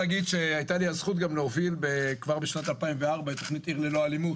הייתה לי הזכות גם להוביל כבר בשנת 2004 את תוכנית עיר ללא אלימות,